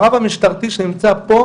הרב המשטרתי שנמצא פה,